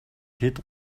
хэд